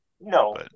No